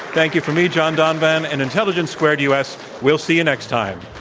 thank you from me, john donvan, and intelligence squared u. s. we'll see you next time.